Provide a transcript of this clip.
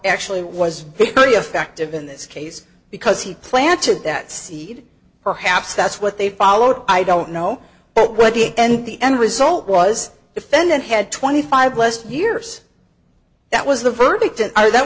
actually was very effective in this case because he planted that seed perhaps that's what they followed i don't know what the end the end result was a defendant had twenty five less years that was the verdict and i that